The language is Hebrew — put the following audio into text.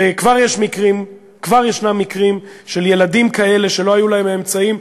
וכבר יש מקרים של ילדים כאלה שלא היו להם אמצעים,